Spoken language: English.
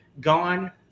gone